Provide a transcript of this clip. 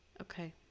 okay